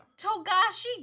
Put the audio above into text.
Togashi